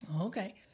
Okay